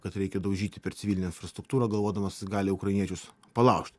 kad reikia daužyti per civilinę infrastruktūrą galvodamas gali ukrainiečius palaužt